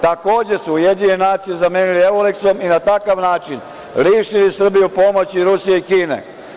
Takođe su UN zamenili Euleksom i na takav način lišili Srbiju pomoći Rusije i Kine.